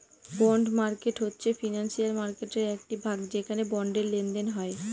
bond market হচ্ছে financial মার্কেটের একটি ভাগ যেখানে বন্ডের লেনদেন হয়